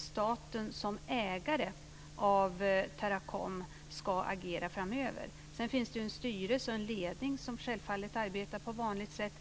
staten som ägare av Teracom ska agera framöver. Sedan finns det en styrelse och en ledning som självfallet arbetar på vanligt sätt.